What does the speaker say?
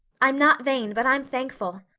i'm not vain, but i'm thankful.